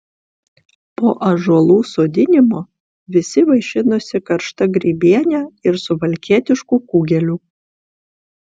po ąžuolų sodinimo visi vaišinosi karšta grybiene ir suvalkietišku kugeliu